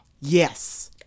Yes